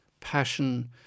passion